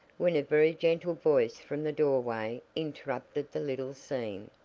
when a very gentle voice from the doorway interrupted the little scene.